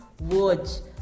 words